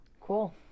cool